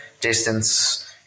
distance